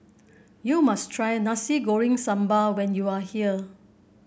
you must try Nasi Goreng Sambal when you are here